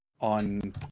on